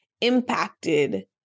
impacted